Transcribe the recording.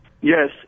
Yes